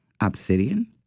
obsidian